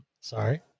Sorry